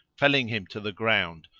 felling him to the ground,